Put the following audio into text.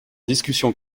discussion